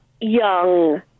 young